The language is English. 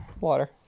Water